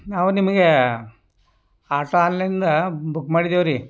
ನಾವು ನಿಮಗೆ ಆಟೋ ಆನ್ಲೈಂದ ಬುಕ್ ಮಾಡಿದ್ದೇವ್ರಿ